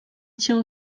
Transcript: cię